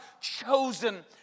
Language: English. chosen